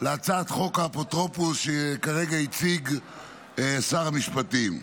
להצעת חוק האפוטרופוס שכרגע הציג שר המשפטים.